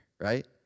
right